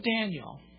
Daniel